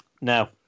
No